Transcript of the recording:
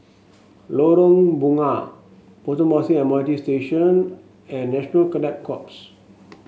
Lorong Bunga Potong Pasir M R T Station and National Cadet Corps